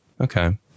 Okay